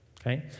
okay